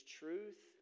truth